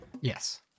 Yes